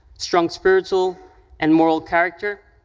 strong spiritual and moral character,